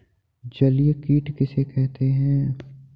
जलीय कीट किसे कहते हैं?